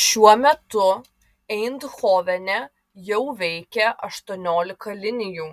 šiuo metu eindhovene jau veikia aštuoniolika linijų